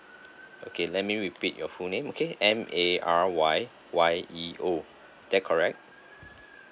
okay let me repeat your full name okay M A R Y Y E O is that correct